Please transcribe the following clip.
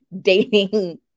dating